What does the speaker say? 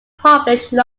published